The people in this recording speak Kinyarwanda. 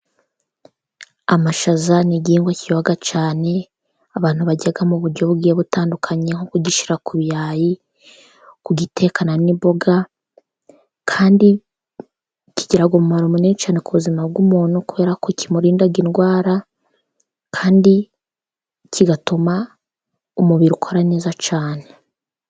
Amashaza ni igihingwa kiryoha cyane, abantu barya mu buryo bugiye butandukanye nko kugishyira ku birayi, kugitekana n'imboga, kandi kigira umumaro mini cyane ku buzima bw'umuntu kubera ko kimurinda indwara, kandi kigatuma umubiri ukora neza cyane.